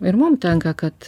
ir mum tenka kad